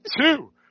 two